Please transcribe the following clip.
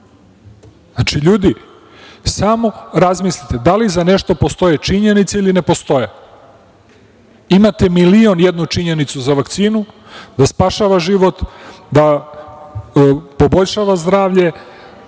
rad. Znači, ljudi, samo razmislite da li za nešto postoje činjenice ili ne postoje. Imate milion i jednu činjenicu za vakcinu, da spašava život, da poboljšava zdravlje,